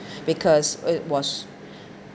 because it was